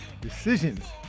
decisions